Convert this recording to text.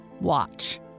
Watch